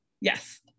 Yes